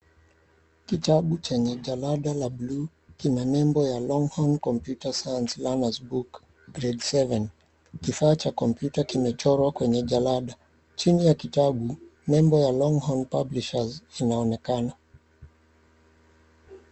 Kitabu chenye jalada ya buluu kina nembo ya Longhorn Computer Science learner's book Grade 7. Kifaa cha kompyuta kimechorwa kwenye jalada. Chini ya kitabu nembo ya Longhorn publishers inaonekana.